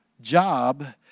job